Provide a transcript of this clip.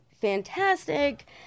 fantastic